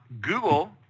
Google